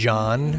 John